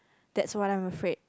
that's what I'm afraid